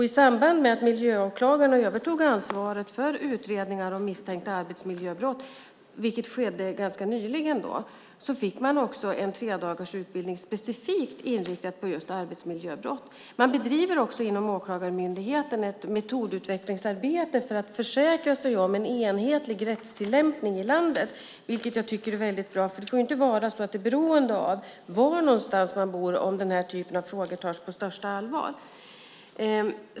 I samband med att miljöåklagarna övertog ansvaret för utredningar om misstänkta arbetsmiljöbrott, vilket skedde ganska nyligen, fick man en tredagarsutbildning specifikt inriktad på just arbetsmiljöbrott. Inom Åklagarmyndigheten bedriver man också ett metodutvecklingsarbete för att försäkra sig om en enhetlig rättstillämpning i landet, vilket jag tycker är väldigt bra. Det får inte vara så att det beror på var man bor när det gäller att ta den här typen av frågor på största allvar.